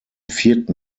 vierten